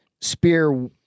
spear